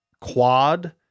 quad